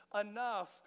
enough